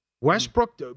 Westbrook